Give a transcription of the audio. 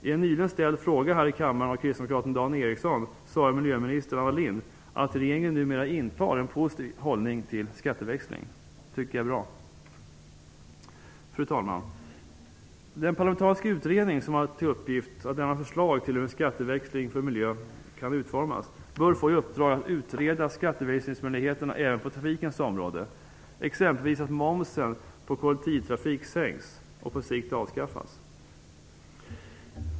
I en i denna kammare nyligen ställd fråga av kristdemokraten Dan Ericsson svarade miljöminister Anna Lindh att regeringen intar en positiv hållning till skatteväxling. Det tycker jag är bra. Fru talman! Den parlamentariska utredning som har i uppgift att lämna förslag till hur en skatteväxling för miljön kan utformas bör få i uppgift att utreda skatteväxlingsmöjligheterna även på trafikens område, exempelvis att momsen på kollektivtrafik sänks och på sikt avskaffas.